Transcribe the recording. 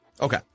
Okay